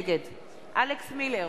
נגד אלכס מילר,